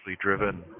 driven